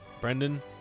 Brendan